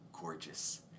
gorgeous